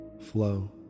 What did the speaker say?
flow